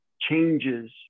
changes